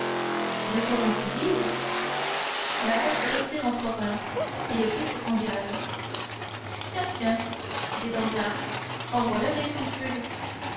de quoi vont-ils vivre la mère se retire en province et le fils s'engage tiens tiens dit danglars en voilà des scrupules